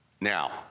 Now